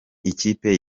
ikipe